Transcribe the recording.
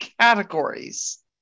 categories